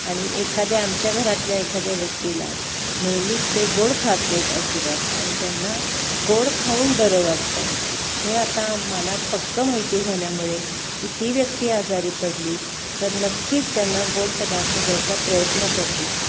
आणि एखाद्या आमच्या घरातल्या एखाद्या व्यक्तीला नेहमीच ते गोड खात नाहीत अजिबात आणि त्यांना गोड खाऊन बरं वाटतं हे आता मला पक्कं माहिती झाल्यामुळे मी ती व्यक्ती आजारी पडली तर नक्कीच त्यांना गोड पदार्थ द्यायचा प्रयत्न करते